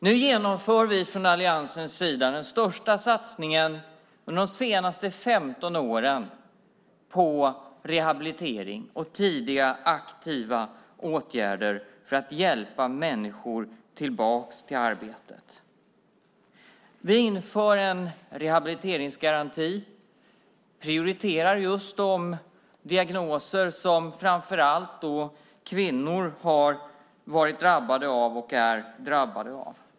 Nu genomför vi från alliansens sida den största satsningen under de senaste 15 åren på rehabilitering och tidiga aktiva åtgärder för att hjälpa människor tillbaka till arbete. Vi inför en rehabiliteringsgaranti och prioriterar just de diagnoser som framför allt kvinnor har varit och är drabbade är.